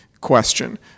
question